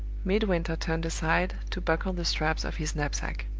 midwinter turned aside to buckle the straps of his knapsack.